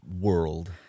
world